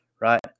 right